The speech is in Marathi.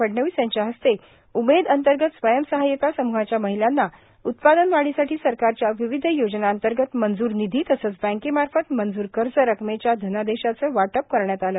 फडणवीस यांच्या हस्ते उमेद अंतर्गत स्वयंसहाय्यता समूहाच्या महिलांना उत्पादन वाढीसाठी सरकारच्या विविध योजनांतर्गत मंजूर निधी तसेच बँकेमार्फत मंजूर कर्ज रकमेच्या धनादेशाचे वाटप करण्यात आले